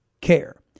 care